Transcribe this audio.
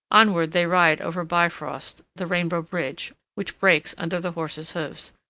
onward they ride over bifrost, the rainbow bridge, which breaks under the horses' hoofs.